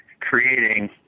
creating